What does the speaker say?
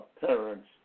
parents